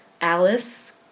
Alice